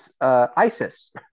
Isis